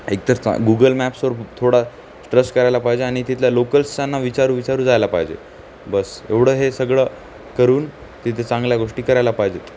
एकतर गुगल मॅप्सवर थोडा ट्रस्ट करायला पाहिजे आणि तिथल्या लोकल्सांना विचारून विचारून जायला पाहिजे बस एवढं हे सगळं करून तिथे चांगल्या गोष्टी करायला पाहिजेत